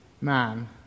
man